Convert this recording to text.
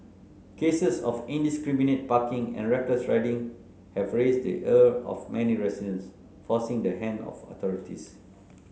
cases of indiscriminate parking and reckless riding have raised the ire of many residents forcing the hand of authorities